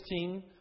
16